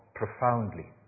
profoundly